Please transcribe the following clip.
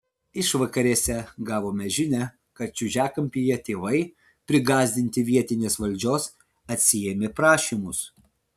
išvakarėse gavome žinią kad čiužiakampyje tėvai prigąsdinti vietinės valdžios atsiėmė prašymus